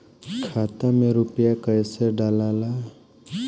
खाता में रूपया कैसे डालाला?